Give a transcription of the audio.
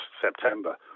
September